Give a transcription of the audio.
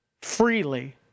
freely